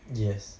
yes